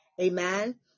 Amen